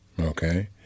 Okay